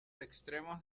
extremos